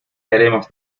haremos